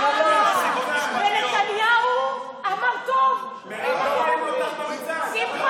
אה, ונתניהו אמר, טוב, גנץ היה